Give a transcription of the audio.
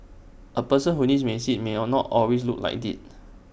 A person who needs A seat may are not always look like IT